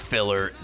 Filler